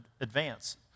advance